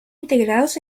integrados